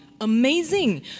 amazing